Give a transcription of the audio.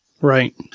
Right